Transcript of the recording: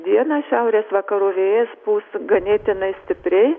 dieną šiaurės vakarų vėjas pūs ganėtinai stipriai